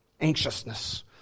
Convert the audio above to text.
anxiousness